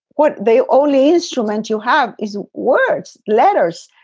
what they only instrument you have is words. letters.